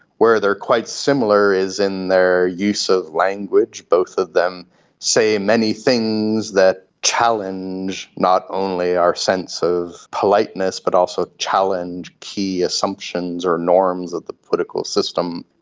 where they are quite similar is in their use of language, both of them say many things that challenge not only our sense of politeness but also challenge key assumptions or norms of the political system.